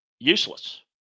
Useless